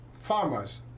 farmers